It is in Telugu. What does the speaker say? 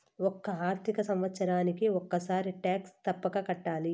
ఒక్కో ఆర్థిక సంవత్సరానికి ఒక్కసారి టాక్స్ తప్పక కట్టాలి